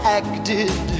acted